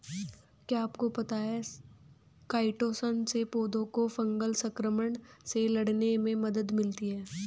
क्या आपको पता है काइटोसन से पौधों को फंगल संक्रमण से लड़ने में मदद मिलती है?